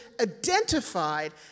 identified